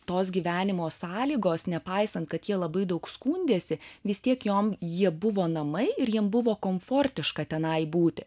tos gyvenimo sąlygos nepaisant kad jie labai daug skundėsi vis tiek jom jie buvo namai ir jiem buvo komfortiška tenai būti